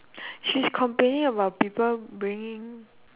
she's complaining about people bragging